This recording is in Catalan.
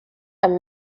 amb